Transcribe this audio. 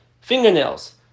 fingernails